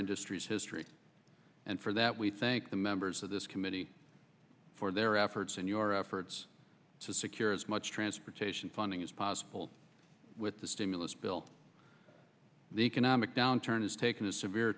industries history and for that we thank the members of this committee for their efforts and your efforts to secure as much transportation funding as possible with the stimulus bill the economic downturn has taken a severe